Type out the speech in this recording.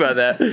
ah that.